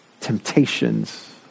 temptations